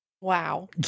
Wow